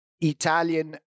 Italian